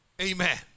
Amen